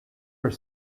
were